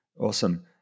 Awesome